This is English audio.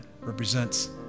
represents